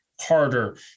harder